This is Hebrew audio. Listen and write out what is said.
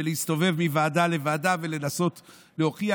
להסתובב מוועדה לוועדה ולנסות להוכיח.